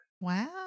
Wow